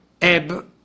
ebb